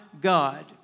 God